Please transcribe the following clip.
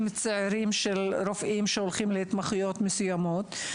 צעירים של רופאים שהולכים להתמחויות מסוימות.